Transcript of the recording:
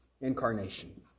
incarnation